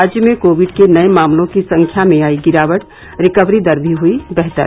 राज्य में कोविड के नये मामलों की संख्या में आई गिरावट रिकवरी दर भी हुई बेहतर